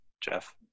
jeff